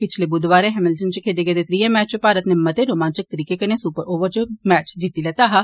पिच्छले वुधवारें हैमिल्टन च खेड्डे गेदे त्रिये मैच च भारत नै मते रोमांचक तरीके कन्नै सुपर ओवर च मैच जिती लेआ हा